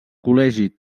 col·legi